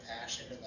Passion